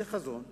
זה חזון חשוב.